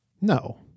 No